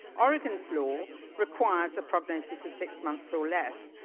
oregon's law requires a prognosis of six months or less,